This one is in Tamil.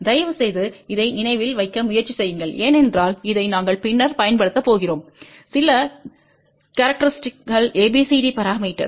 தயவுசெய்து இதை நினைவில் வைக்க முயற்சி செய்யுங்கள் ஏனென்றால் இதை நாங்கள் பின்னர் பயன்படுத்தப் போகிறோம் சில கேரக்டரிஸ்டிக்கள் ABCD பரமீட்டர்ஸ்